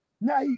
Now